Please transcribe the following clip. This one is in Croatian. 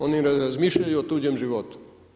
Oni ne razmišljaju o tuđem životu.